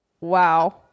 Wow